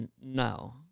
No